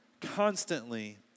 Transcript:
constantly